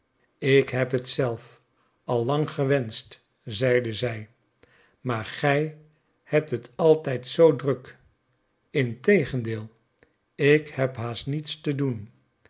ik heb het zelf al lang gewenscht zeide zij maar gij hebt het altijd zoo druk integendeel ik heb haast niets te doen